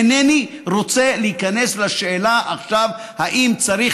אינני רוצה להיכנס עכשיו לשאלה אם צריך